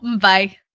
Bye